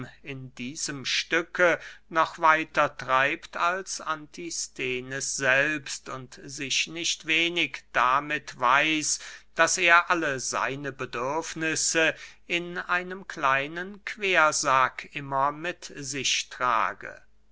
in diesem stücke noch weiter treibt als antisthenes selbst und sich nicht wenig damit weiß daß er alle seine bedürfnisse in einem kleinen quersack immer mit sich trage